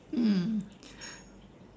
mm